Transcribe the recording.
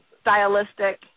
stylistic